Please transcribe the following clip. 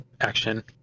action